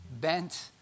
bent